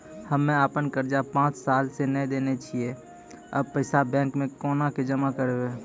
हम्मे आपन कर्जा पांच साल से न देने छी अब पैसा बैंक मे कोना के जमा करबै?